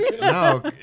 no